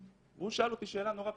והוא שאל אותי שאלה נורא פשוטה,